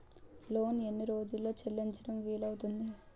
Loan ఎన్ని రోజుల్లో చెల్లించడం వీలు అవుతుంది?